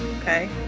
Okay